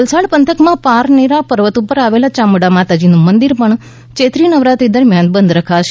વલસાડ પંથક માં પારનેરા પર્વત ઉપર આવેલા યામુંડા માતાજીનું મંદિર પણ ચૈત્રી નવરાત્રિ દરમ્યાન બંધ રખાશે